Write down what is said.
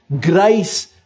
grace